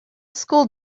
school